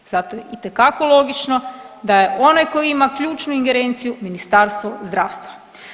Zato je itekako logično da je onaj koji ima ključnu ingerenciju Ministarstvo zdravstva.